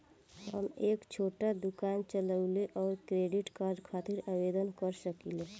हम एक छोटा दुकान चलवइले और क्रेडिट कार्ड खातिर आवेदन कर सकिले?